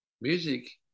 Music